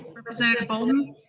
representative bolden?